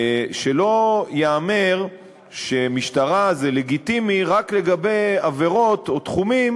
שלא ייאמר שמשטרה זה לגיטימי רק לגבי עבירות או תחומים